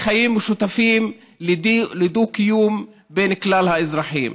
לחיים משותפים, לדו-קיום בין כלל האזרחים.